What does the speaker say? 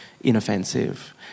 inoffensive